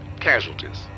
casualties